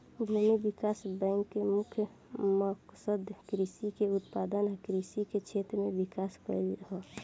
भूमि विकास बैंक के मुख्य मकसद कृषि के उत्पादन आ कृषि के क्षेत्र में विकास कइल ह